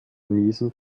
niesen